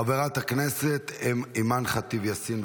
חברת הכנסת אימאן ח'טיב יאסין,